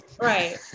Right